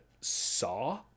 saw